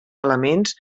elements